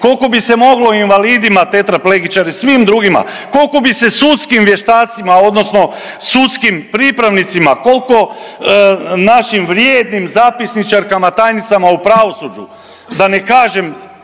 Koliko bi se moglo o invalidima tetraplegičari, svim drugima. Koliko bi se sudskim vještacima, odnosno sudskim pripravnicima, koliko našim vrijednim zapisničarkama tajnicama u pravosuđu da ne kažem